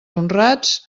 honrats